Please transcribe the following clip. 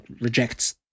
rejects